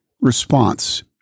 response